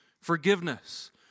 forgiveness